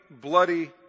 bloody